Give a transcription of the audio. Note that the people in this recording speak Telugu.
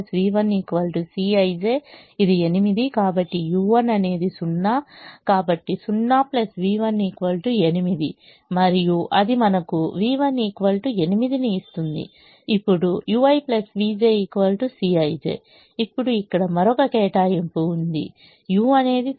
కాబట్టి u1 అనేది 0 కాబట్టి 0 v1 8 మరియు అది మనకు v1 8 ను ఇస్తుంది ఇప్పుడు ui vj Cij ఇప్పుడు ఇక్కడ మరొక కేటాయింపు ఉంది మరొక కేటాయింపు ఉంది